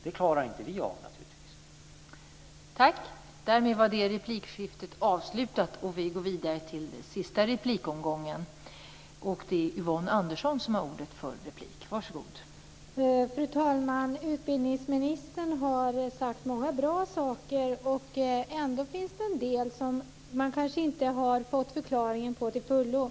Det klarar naturligtvis inte vi av.